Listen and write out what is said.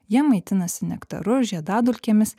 jie maitinasi nektaru žiedadulkėmis